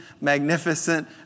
magnificent